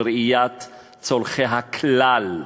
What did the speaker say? של ראיית צורכי הכלל,